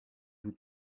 joue